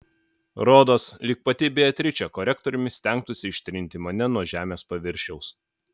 rodos lyg pati beatričė korektoriumi stengtųsi ištrinti mane nuo žemės paviršiaus